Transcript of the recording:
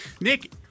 Nick